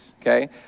okay